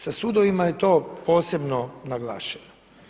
Sa sudovima je to posebno naglašeno.